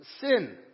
Sin